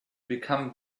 become